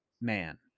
man